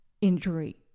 injury